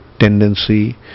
tendency